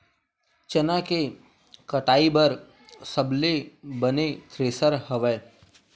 चना के कटाई बर सबले बने थ्रेसर हवय?